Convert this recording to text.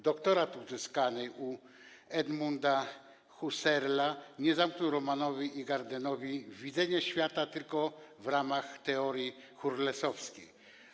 Doktorat uzyskany u Edmunda Husserla nie zamknął Romanowi Ingardenowi widzenia świata tylko w ramach teorii Husserlowskiej.